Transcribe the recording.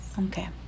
Okay